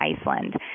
Iceland